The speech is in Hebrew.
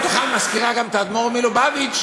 ובתוכם מזכירה גם את האדמו"ר מלובביץ,